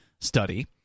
study